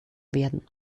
werden